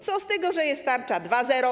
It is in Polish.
Co z tego, że jest tarcza 2.0?